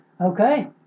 Okay